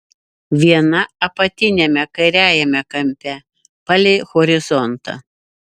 viena apatiniame kairiajame kampe palei horizontą